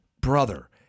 brother